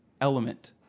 element